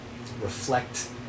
Reflect